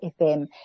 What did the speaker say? fm